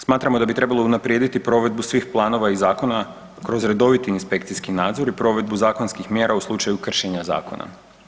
Smatramo da bi trebalo unaprijediti provedbu svih planova i zakona kroz redoviti inspekcijski nadzor i provedbu zakonskih mjera u slučaju kršenja zakona.